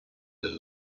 del